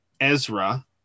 Ezra